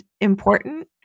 important